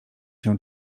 się